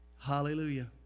Hallelujah